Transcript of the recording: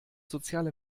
soziale